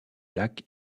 lac